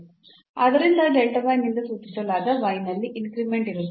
ಆದ್ದರಿಂದ ನಿಂದ ಸೂಚಿಸಲಾದ ನಲ್ಲಿ ಇನ್ಕ್ರಿಮೆಂಟ್ ಇರುತ್ತದೆ